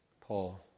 Paul